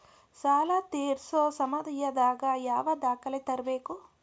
ಸಾಲಾ ತೇರ್ಸೋ ಸಮಯದಾಗ ಯಾವ ದಾಖಲೆ ತರ್ಬೇಕು?